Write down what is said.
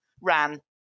ran